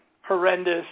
horrendous